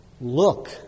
look